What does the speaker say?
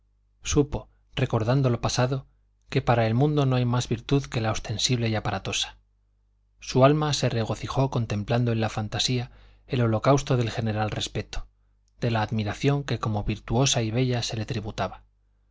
supo recordando lo pasado que para el mundo no hay más virtud que la ostensible y aparatosa su alma se regocijó contemplando en la fantasía el holocausto del general respeto de la admiración que como virtuosa y bella se le tributaba